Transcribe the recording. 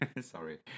Sorry